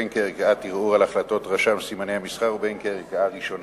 בין כערכאת ערעור על החלטות רשם סימני המסחר ובין כערכאה ראשונה.